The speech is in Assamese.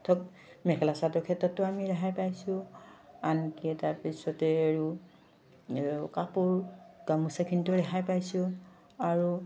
ধৰক মেখেলা চাদৰ ক্ষেত্ৰতো আমি ৰেহাই পাইছোঁ আনকি তাৰপিছতে আৰু কাপোৰ গামোচাখিনিটো ৰেহাই পাইছোঁ আৰু